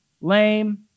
lame